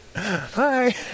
Hi